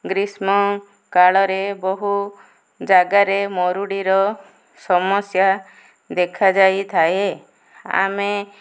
ଗ୍ରୀଷ୍ମ କାଳରେ ବହୁ ଜାଗାରେ ମରୁଡ଼ିର ସମସ୍ୟା ଦେଖାଯାଇ ଥାଏ ଆମେ